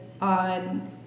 on